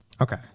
Okay